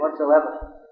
whatsoever